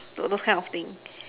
those those kind of thing